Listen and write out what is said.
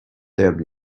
tab